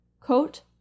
Coat